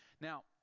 Now